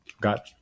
got